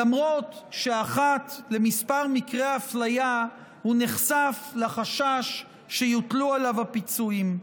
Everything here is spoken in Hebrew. למרות שאחת לכמה מקרי אפליה הוא נחשף לחשש שיוטלו עליו הפיצויים.